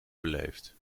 beleefd